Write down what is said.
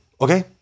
okay